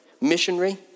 Missionary